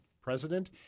president